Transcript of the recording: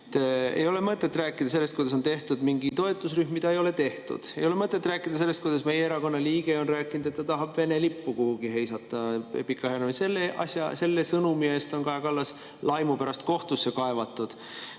Ei ole mõtet rääkida sellest, kuidas on tehtud mingi toetusrühm, mida ei ole tehtud. Ei ole mõtet rääkida sellest, kuidas meie erakonna liige on rääkinud, et ta tahab Vene lippu kuhugi heisata, Pika Hermanni [torni]. Selle sõnumi eest on Kaja Kallas laimu pärast kohtusse kaevatud.